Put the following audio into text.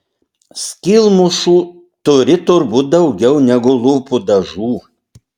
skylmušų turi turbūt daugiau negu lūpų dažų